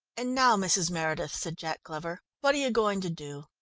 and now, mrs. meredith, said jack glover, what are you going to do?